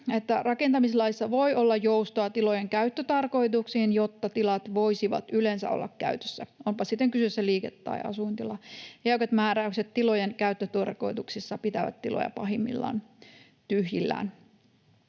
että rakentamislaissa voi olla joustoa tilojen käyttötarkoituksiin, jotta tilat voisivat yleensä olla käytössä, onpa sitten kyseessä liike- tai asuintila. Jäykät määräykset tilojen käyttötarkoituksissa pitävät tiloja pahimmillaan tyhjillään.